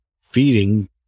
feeding